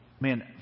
Man